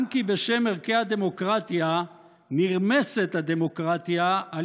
גם כי בשם ערכי הדמוקרטיה נרמסת הדמוקרטיה על